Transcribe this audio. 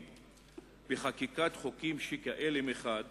בחקיקת חוקים שכאלה מחד,